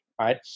right